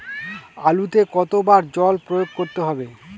আলুতে কতো বার জল প্রয়োগ করতে হবে?